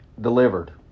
delivered